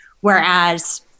whereas